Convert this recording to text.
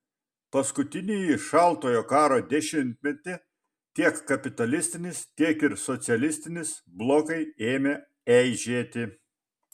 paskutinįjį šaltojo karo dešimtmetį tiek kapitalistinis tiek ir socialistinis blokai ėmė eižėti